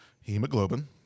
hemoglobin